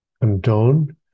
condone